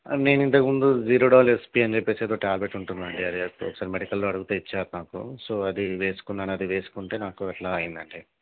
నేను ఇంతక ముందు జీరోడాల్ ఎస్పీ అని చెప్పేసి ఒక ట్యాబ్లెట్ ఉంటుంది ఒకసారి మెడికల్లో అడిగితే ఇచ్చారు నాకు సో అది వేసుకున్నాను అది వేసుకుంటే నాకు ఇట్లా అయిందండి